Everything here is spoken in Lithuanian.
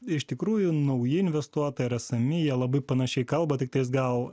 iš tikrųjų nauji investuotojai ar esami jie labai panašiai kalba tiktais gal